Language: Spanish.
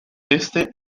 este